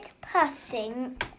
passing